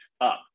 up